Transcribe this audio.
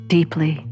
deeply